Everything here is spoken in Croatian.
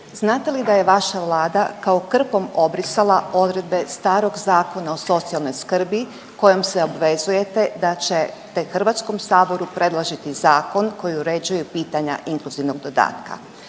znate li da je vaša vlada kao krpom obrisala odredbe starog Zakona o socijalnoj skrbi kojom se obvezujete da ćete HS predložiti zakon koji uređuje pitanja inkluzivnog dodatka.